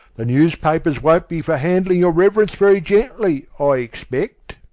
the newspapers won't be for handling your reverence very gently, i expect.